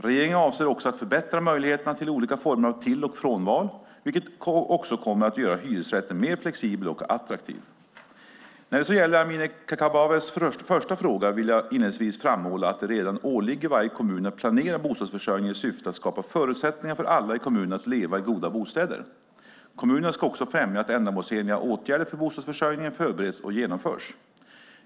Regeringen avser också att förbättra möjligheterna till olika former av till och frånval, vilket också kommer att göra hyresrätten mer flexibel och attraktiv. När det så gäller Amineh Kakabavehs första fråga vill jag inledningsvis framhålla att det redan åligger varje kommun att planera bostadsförsörjningen i syfte att skapa förutsättningar för alla i kommunen att leva i goda bostäder. Kommunerna ska också främja att ändamålsenliga åtgärder för bostadsförsörjningen förbereds och genomförs.